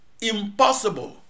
impossible